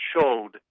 showed